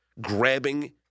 grabbing